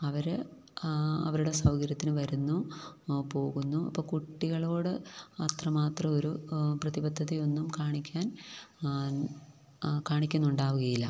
അവര് അവരുടെ സൗകര്യത്തിന് വരുന്നു പോകുന്നു അപ്പോള് കുട്ടികളോട് അത്രമാത്രമൊരു പ്രതിബദ്ധതയൊന്നും കാണിക്കാൻ കാണിക്കുന്നുണ്ടാവുകയില്ല